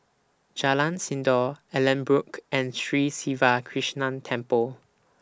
Jalan Sindor Allanbrooke Road and Sri Siva Krishna Temple